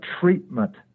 treatment